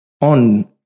on